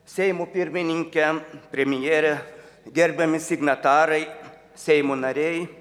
seimo pirmininkė premjerė gerbiami signatarai seimo nariai